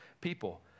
people